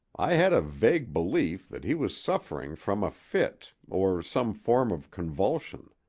i had a vague belief that he was suffering from a fit, or some form of convulsion.